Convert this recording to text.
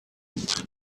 ich